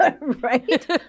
Right